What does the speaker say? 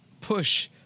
push